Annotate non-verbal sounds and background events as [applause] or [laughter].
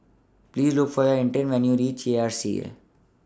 Please Look For [unintelligible] when YOU REACH R C A